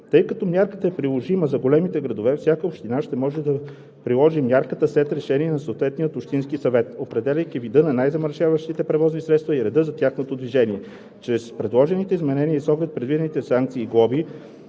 Тъй като мярката е приложима за големите градове, всяка община ще може да я приложи след решение на съответния общински съвет, определяйки вида на най замърсяващите превозни средства и реда за тяхното движение. Чрез предложените изменения с оглед предвидените санкции и глоби